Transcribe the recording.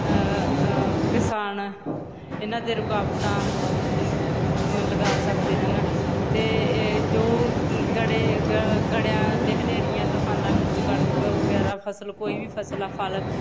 ਕਿਸਾਨ ਇਹਨਾਂ 'ਤੇ ਰੁਕਾਵਟਾਂ ਲਗਾ ਸਕਦੇ ਹਨ ਅਤੇ ਇਹ ਜੋ ਗੜੇ ਗ ਗੜਿਆਂ 'ਤੇ ਹਨੇਰੀਆਂ ਤੂਫਾਨਾਂ ਵਿੱਚ ਕਣਕ ਵਗੈਰਾ ਫਸਲ ਕੋਈ ਵੀ ਫਸਲ ਆ ਫਲ